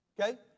Okay